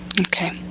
Okay